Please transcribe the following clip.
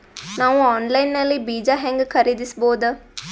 ನಾವು ಆನ್ಲೈನ್ ನಲ್ಲಿ ಬೀಜ ಹೆಂಗ ಖರೀದಿಸಬೋದ?